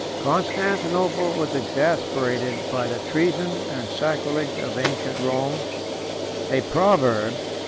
constantinople was exasperated by the treason and sacrilege of ancient rome a proverb,